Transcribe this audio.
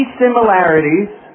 similarities